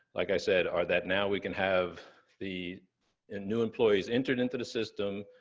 like i said, are that now we can have the and new employees entered into the system,